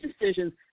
decisions